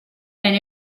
and